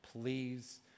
Please